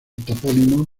topónimo